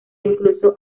incluso